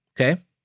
Okay